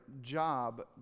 job